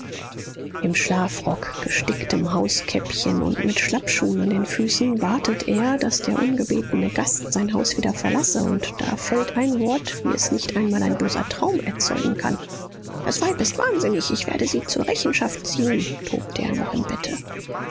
im schlafrock gesticktem hauskäppchen und mit schlappschuhen an den füßen wartet er daß der ungebetene gast sein haus wieder verlasse und da fällt ein wort wie es nicht einmal ein böser traum erzeugen kann das weib ist wahnsinnig ich werde sie zur rechenschaft ziehen tobte er noch im bette